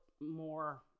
more